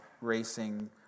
racing